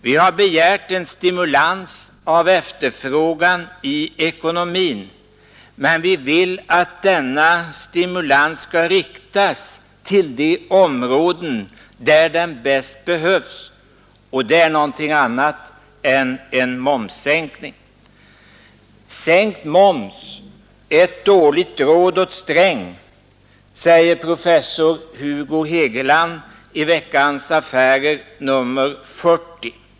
Vi har begärt en stimulans av efterfrågan i ekonomin, men vi vill att denna stimulans skall inriktas på de områden där den bäst behövs, och det är någonting annat än en momssänkning. Sänkt moms är ett dåligt råd åt Sträng, säger professor Hugo Hegeland i Veckans Affärer nr 40.